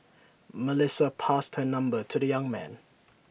Melissa passed her number to the young man